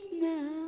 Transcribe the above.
now